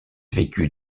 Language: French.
vécut